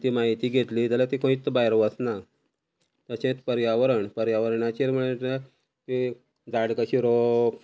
ती म्हायती घेतलीय जाल्यार ती खंयच भायर वचना तशेंत पर्यावरण पर्यावरणाचेर म्हळ्यार झाड कशी रोवप